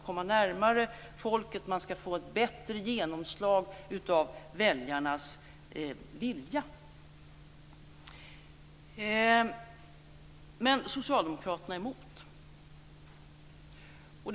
Väljarnas vilja skall få ett bättre genomslag. Men Socialdemokraterna är emot detta.